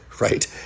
right